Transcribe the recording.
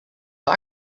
but